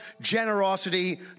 generosity